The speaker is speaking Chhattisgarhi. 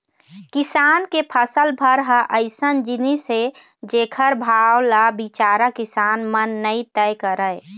किसान के फसल भर ह अइसन जिनिस हे जेखर भाव ल बिचारा किसान मन नइ तय करय